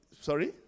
Sorry